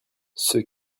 ceux